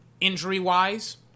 injury-wise